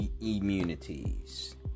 immunities